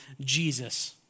Jesus